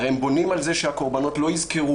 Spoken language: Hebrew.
הרי הם בונים על זה שהקורבנות לא יזכרו